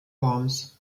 worms